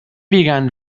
began